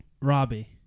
Robbie